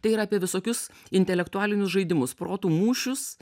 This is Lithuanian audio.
tai yra apie visokius intelektualinius žaidimus protų mūšius